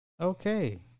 Okay